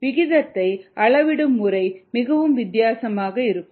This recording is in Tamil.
விகிதத்தை அளவிடும் முறை மிகவும் வித்தியாசமாக இருக்கும்